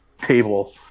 table